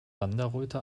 wanderröte